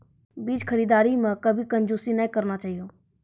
बीज खरीददारी मॅ कभी कंजूसी नाय करना चाहियो